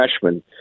freshman